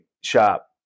shop